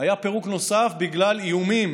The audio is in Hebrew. היה פירוק נוסף, בגלל איומים